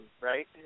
right